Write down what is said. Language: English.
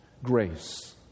Grace